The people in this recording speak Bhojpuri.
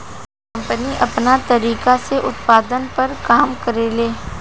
कम्पनी आपन तरीका से उत्पाद पर काम करेले